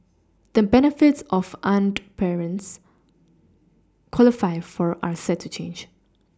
the benefits off unwed parents qualify for are set to change